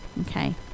Okay